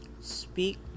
Speak